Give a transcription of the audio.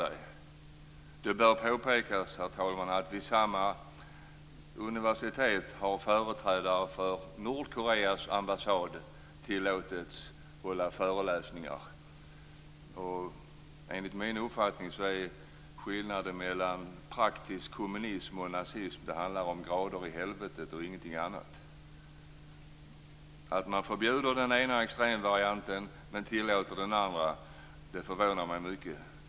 Det bör påpekas, herr talman, att vid samma universitet har företrädare för Nordkoreas ambassad tillåtits att hålla föreläsningar. Enligt min uppfattning handlar skillnaden mellan praktisk kommunism och nazism om grader i helvetet och ingenting annat. Att man förbjuder den ena extremvarianten men tillåter den andra förvånar mig mycket.